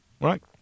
right